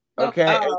Okay